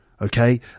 Okay